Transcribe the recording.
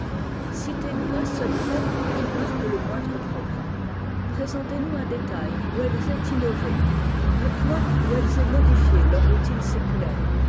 égyptiens qitez noui un seul fait qui marque le moindre progrès présentez nous un détail où elles aient innové un point où elles aient modifié leur routine séculaire